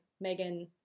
Megan